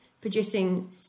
producing